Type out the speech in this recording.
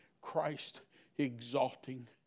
Christ-exalting